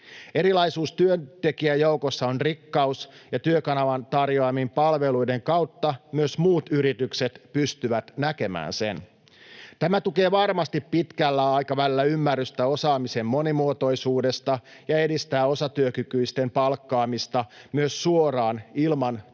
Erilaisuus työntekijäjoukossa on rikkaus, ja Työkanavan tarjoamien palveluiden kautta myös muut yritykset pystyvät näkemään sen. Tämä tukee varmasti pitkällä aikavälillä ymmärrystä osaamisen monimuotoisuudesta ja edistää osatyökykyisten palkkaamista myös suoraan, ilman